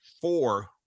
four